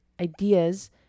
ideas